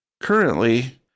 Currently